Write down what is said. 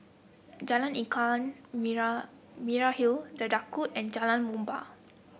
Jalan Ikan Merah Merah Hill The Daulat and Jalan Muhibbah